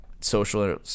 social